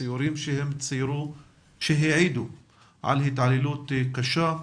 ציורים שהם ציירו כשהעידו על התעללות קשה,